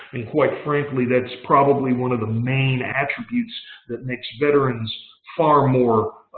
quite frankly, that's probably one of the main attributes that makes veterans far more